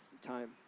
time